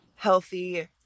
healthy